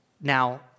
Now